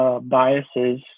biases